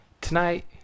tonight